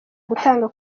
gutanga